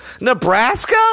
Nebraska